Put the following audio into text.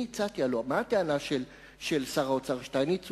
הלוא מה הטענה של שר האוצר שטייניץ?